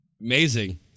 Amazing